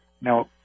Now